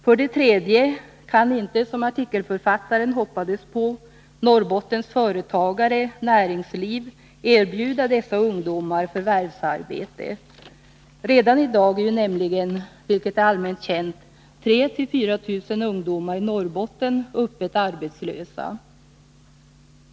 För det tredje kan inte, som artikelförfattaren hoppades på, Norrbottens företagare/näringsliv erbjuda dessa ungdomar förvärvsarbete. Redan i dag är ju nämligen — vilket är allmänt känt — 3 0004 000 ungdomar i Norrbotten öppet arbetslösa.